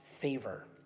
favor